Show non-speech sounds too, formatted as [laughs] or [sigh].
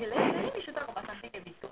[laughs]